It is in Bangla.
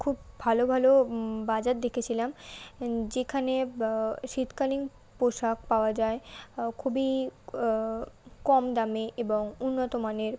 খুব ভালো ভালো বাজার দেখেছিলাম যেখানে শীতকালীন পোশাক পাওয়া যায় খুবই কম দামে এবং উন্নত মানের